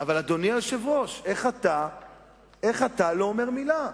אבל, אדוני היושב-ראש, איך אתה לא אומר מלה?